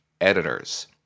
editors